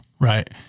right